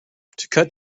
cut